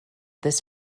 this